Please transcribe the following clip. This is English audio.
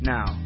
Now